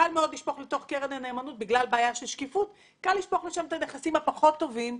קל מאוד לשפוך לתוך קרן הנאמנות את הנכסים הפחות טובים.